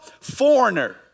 foreigner